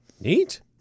Neat